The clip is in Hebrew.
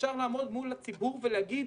אפשר לעמוד מול הציבור ולהגיד